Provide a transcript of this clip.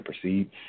proceed